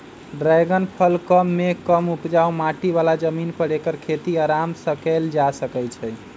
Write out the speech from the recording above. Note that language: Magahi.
ड्रैगन फल कम मेघ कम उपजाऊ माटी बला जमीन पर ऐकर खेती अराम सेकएल जा सकै छइ